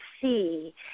see